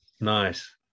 Nice